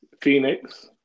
Phoenix